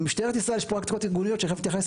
ובמשטרת ישראל יש פרקטיקות ארגוניות שאני תכף אתייחס